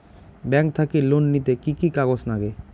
Bank থাকি loan নিতে কি কি কাগজ নাগে?